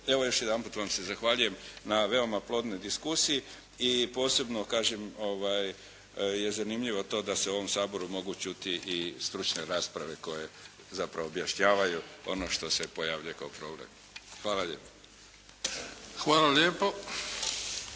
Evo, još jedanput vam se zahvaljujem na veoma plodnoj diskusiji i posebno je zanimljivo to da se u ovom Saboru mogu čuti i stručne rasprave koje zapravo objašnjavanju ono što se pojavljuje kao problem. Hvala lijepo. **Bebić,